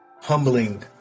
humbling